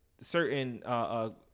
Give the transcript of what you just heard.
certain